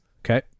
Okay